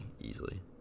easily